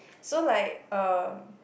so like uh